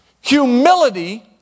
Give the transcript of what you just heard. Humility